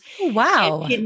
Wow